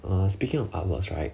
uh speaking of artworks right